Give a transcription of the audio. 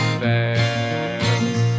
fast